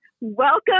Welcome